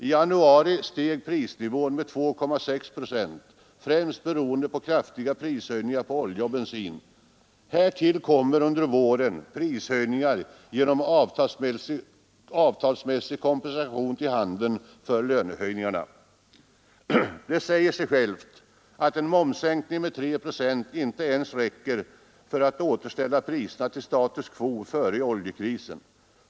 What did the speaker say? I januari steg prisnivån med 2,6 procent, främst beroende på kraftiga prishöjningar på olja och bensin. Härtill kommer under våren prishöjningar genom ”avtalsmässig” kompensation till handeln för lönehöjningarna. Det säger sig självt att en momssänkning med 3 procent inte ens räcker för att återställa priserna till status quo före oljekrisen.